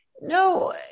No